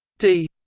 d